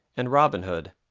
and robin hood.